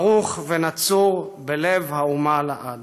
ברוך ונצור בלב האומה לעד.